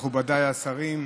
מכובדיי השרים,